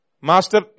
Master